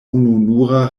ununura